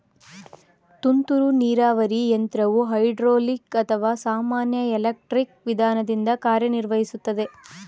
ತುಂತುರು ನೀರಾವರಿ ಯಂತ್ರವು ಹೈಡ್ರೋಲಿಕ್ ಅಥವಾ ಸಾಮಾನ್ಯ ಎಲೆಕ್ಟ್ರಾನಿಕ್ ವಿಧಾನದಿಂದ ಕಾರ್ಯನಿರ್ವಹಿಸುತ್ತದೆ